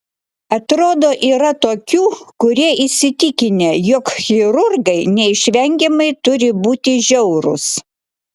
atrodo yra tokių kurie įsitikinę jog chirurgai neišvengiamai turi būti žiaurūs